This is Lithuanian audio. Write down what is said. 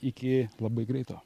iki labai greito